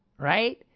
right